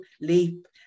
leap